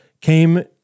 came